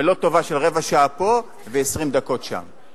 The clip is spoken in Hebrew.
ולא טובה של רבע שעה פה ו-20 דקות שם.